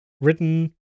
written